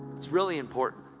it's really important.